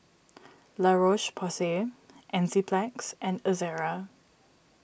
La Roche Porsay Enzyplex and Ezerra